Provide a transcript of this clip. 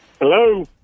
Hello